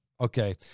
Okay